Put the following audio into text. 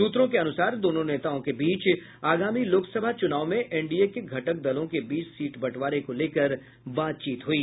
सूत्रों के अनुसार दोनों नेताओं के बीच आगामी लोकसभा चुनाव में एनडीए के घटक दलों के बीच सीट बंटवारे को लेकर बातचीत हुई